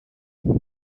that